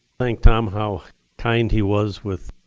thank tom, how kind he was with